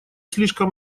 слишком